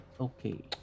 Okay